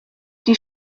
die